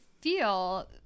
feel